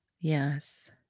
yes